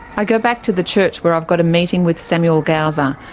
i go back to the church, where i've got a meeting with samuel gausa.